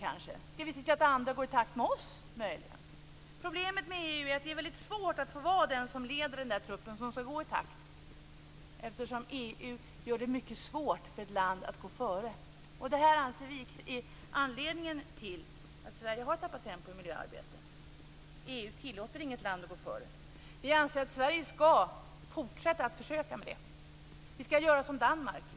Skall vi se till att andra går i takt med oss möjligen? Problemet är att det är mycket svårt att få vara den som leder den trupp som skall gå i takt, eftersom EU gör det mycket svårt för ett land att gå före. Det anser vi vara anledningen till att Sverige har tappat tempo i miljöarbetet. EU tillåter inget land att gå före. Vi anser att Sverige skall fortsätta att försöka med det. Vi skall göra som Danmark.